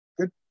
Good